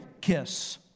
kiss